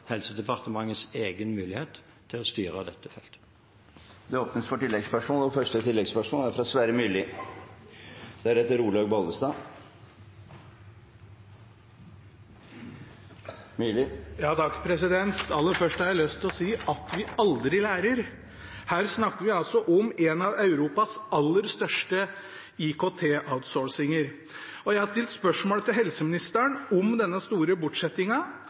Helsedepartementets egen mulighet til å styre dette feltet. Det åpnes for oppfølgingsspørsmål – først til Sverre Myrli. Aller først har jeg lyst til å si: At vi aldri lærer! Her snakker vi altså om en av Europas aller største IKT-outsourcinger. Jeg stilte spørsmål til helseministeren om denne store